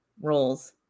roles